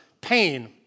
Pain